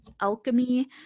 alchemy